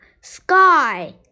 sky